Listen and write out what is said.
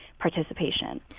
participation